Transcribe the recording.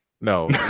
No